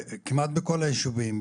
כמעט בכל הישובים,